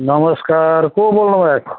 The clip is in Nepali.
नमस्कार को बोल्नुभएको